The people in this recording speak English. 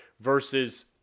versus